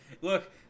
Look